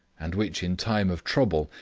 and which in time of trouble,